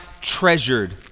treasured